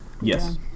Yes